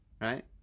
right